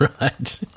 Right